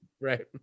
Right